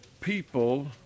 people